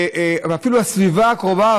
ואפילו הסביבה הקרובה,